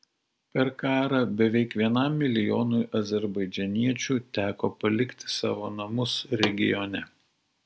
per karą beveik vienam milijonui azerbaidžaniečių teko palikti savo namus regione